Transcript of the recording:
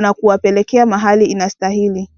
na kuwapelekea mahali inastahili.